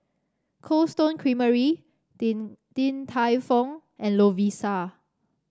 Cold Stone Creamery Din Din Tai Fung and Lovisa